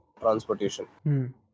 transportation